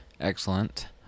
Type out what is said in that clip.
excellent